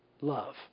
Love